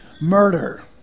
Murder